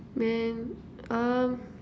man um